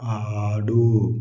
ఆడు